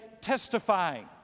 testifying